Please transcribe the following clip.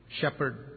shepherd